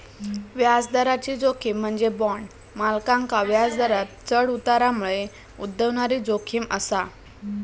व्याजदराची जोखीम म्हणजे बॉण्ड मालकांका व्याजदरांत चढ उतारामुळे उद्भवणारी जोखीम असा